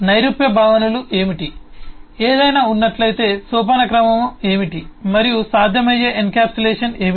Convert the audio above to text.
నైరూప్య భావనలు ఏమిటి ఏదైనా ఉన్నట్లయితే సోపానక్రమం ఏమిటి మరియు సాధ్యమయ్యే ఎన్కప్సులేషన్స్ ఏమిటి